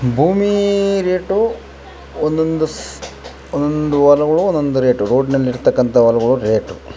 ಭೂಮೀ rate ಒಂದೊಂದು ಸ್ ಒನೊಂದು ಹೊಲಗಳು ಒಂದೊಂದು ರೇಟು ರೋಡ್ನಲ್ಲಿ ಇರ್ತಕಂಥ ಹೊಲಗಳು ರೇಟು